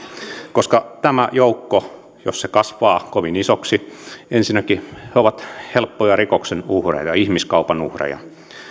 koska jos tämä joukko kasvaa kovin isoksi ensinnäkin he ovat helppoja rikoksen uhreja ihmiskaupan uhreja